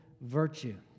virtue